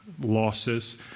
losses